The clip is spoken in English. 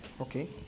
okay